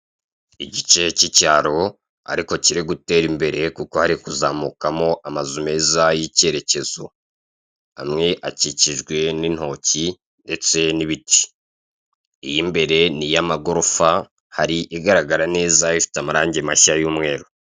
Igice k'icyaro ariko kiri gutera imbere kuko hari kuzamukama amazu meza y'icyerekezo, amwe akikijwe n'intoki ndetse n'ibiti, iy'imbere ni iy'amagorofa hari igaragara neza ifite amarange mashya y'umweru mashya